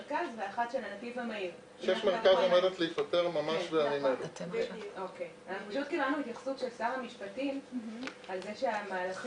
אני שמחה לראות שמתחילת אוקטובר העליתם שבעה קמפיינים ממומנים